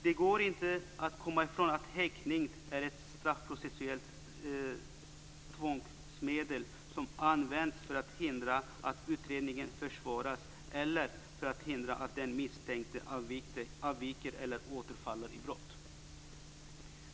Det går inte att komma ifrån att häktning är ett straffprocessuellt tvångsmedel som används för att hindra att utredningen försvåras eller för att hindra att den misstänkte avviker eller återfaller i brott.